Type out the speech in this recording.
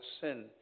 sin